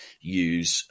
use